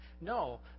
No